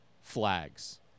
flags